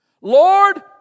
Lord